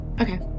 okay